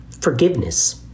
forgiveness